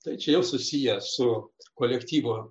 tai čia jau susiję su kolektyvo